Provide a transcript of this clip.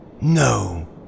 No